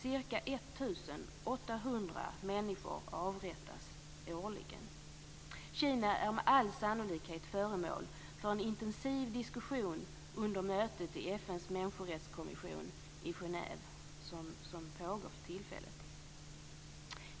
Ca 1 800 människor avrättas årligen. Kina är med all sannolikhet föremål för intensiv diskussion under det möte som just nu pågår i FN:s människorättskommission i Genève.